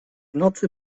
nocy